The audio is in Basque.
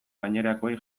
gainerakoei